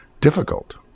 difficult